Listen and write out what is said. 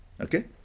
Okay